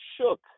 shook